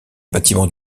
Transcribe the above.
bâtiments